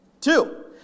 Two